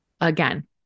again